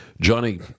johnny